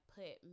put